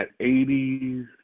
80s